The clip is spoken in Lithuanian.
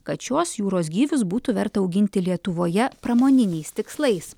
kad šiuos jūros gyvius būtų verta auginti lietuvoje pramoniniais tikslais